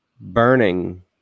burning